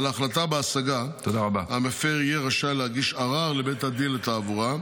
על ההחלטה בהשגה יהיה רשאי המפר להגיש ערר לבית הדין לתעבורה.